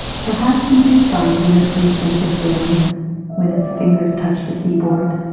perhaps he did find inner peace and fulfillment when his fingers touched the keyboard,